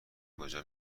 کجا